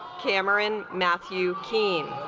cameron matthew keane